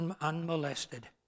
unmolested